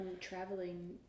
traveling